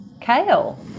kale